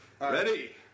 Ready